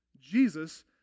Jesus